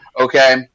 Okay